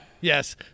Yes